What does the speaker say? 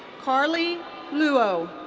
karley luo.